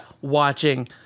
watching